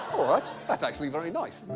well, that's that's actually very nice.